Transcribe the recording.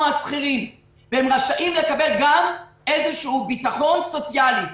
השכירים והם רשאים לקבל גם איזשהו ביטחון סוציאלי,